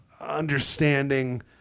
understanding